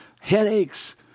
headaches